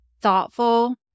thoughtful